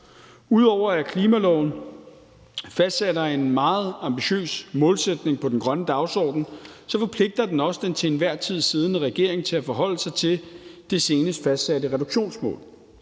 Ud over at klimaloven fastsætter en meget ambitiøs målsætning på den grønne dagsorden, forpligter den også den til enhver tid siddende regering til at forholde sig til det senest fastsatte reduktionsmål.